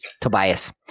Tobias